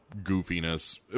goofiness